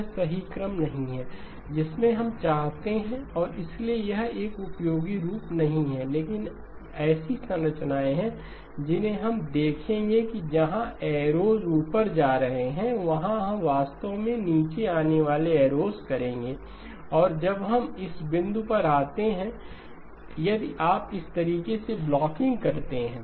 यह सही क्रम नहीं है जिसमें हम चाहते हैं और इसलिए यह एक उपयोगी रूप नहीं है लेकिन ऐसी संरचनाएं हैं जिन्हें हम देखेंगे कि जहां एरोस ऊपर जा रहे हैं वहां हम वास्तव में नीचे आने वाले एरोस करेंगे और जब हम इस बिंदु पर आते हैं यदि आप इस तरीके से ब्लॉकिंग करते हैं